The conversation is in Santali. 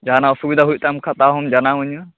ᱡᱟᱦᱟᱱᱟᱜ ᱚᱥᱩᱵᱤᱫᱟ ᱦᱩᱭᱩᱜ ᱛᱟᱢ ᱠᱷᱟᱡ ᱛᱟᱣ ᱦᱚᱸᱢ ᱡᱟᱱᱟᱣ ᱟᱹᱧᱟᱹ